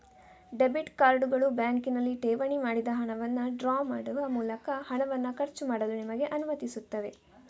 debit ಕಾರ್ಡುಗಳು ಬ್ಯಾಂಕಿನಲ್ಲಿ ಠೇವಣಿ ಮಾಡಿದ ಹಣವನ್ನು ಡ್ರಾ ಮಾಡುವ ಮೂಲಕ ಹಣವನ್ನು ಖರ್ಚು ಮಾಡಲು ನಿಮಗೆ ಅನುಮತಿಸುತ್ತವೆ